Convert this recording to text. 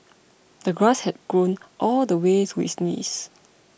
the grass had grown all the way to his knees